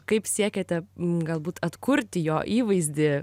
kaip siekiate galbūt atkurti jo įvaizdį